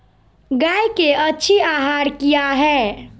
गाय के अच्छी आहार किया है?